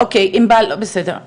אוקי, עינבל, בסדר.